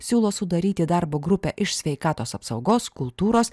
siūlo sudaryti darbo grupę iš sveikatos apsaugos kultūros